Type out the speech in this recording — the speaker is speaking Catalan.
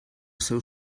seu